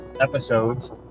episodes